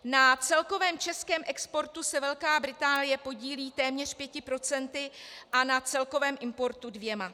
Na celkovém českém exportu se Velká Británie podílí téměř pěti procenty a na celkovém importu dvěma.